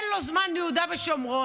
אין לו זמן ליהודה ושומרון.